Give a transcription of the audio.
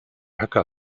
höcker